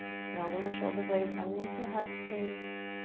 snuggle the shoulder blades underneath your heart space.